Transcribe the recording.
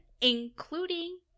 including